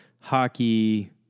hockey